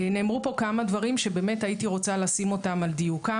נאמרו פה כמה דברים שבאמת הייתי רוצה לשים אותם על דיוקם.